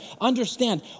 understand